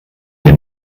hier